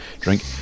drink